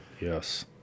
Yes